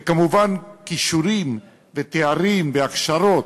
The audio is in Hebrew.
וכמובן, כישורים ותארים והכשרות,